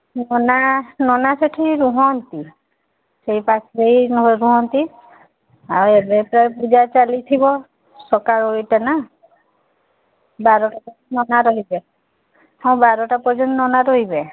ନନା ନନା ସେଠି ରୁହନ୍ତି ସେଇ ପାଖରେ ରୁହନ୍ତି ଆଉ ଏବେତ ପୂଜା ଚାଲିଥିବ ସକାଳ ଓଳିଟା ନା ବାରଟା ନନା ରହିବେ ହଁ ବାରଟା ପର୍ଯ୍ୟନ୍ତ ନନା ରହିବେ